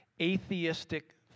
atheistic